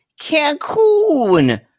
cancun